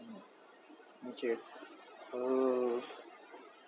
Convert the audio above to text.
okay uh